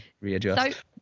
readjust